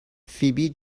فیبی